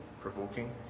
provoking